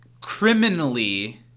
criminally